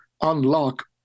unlock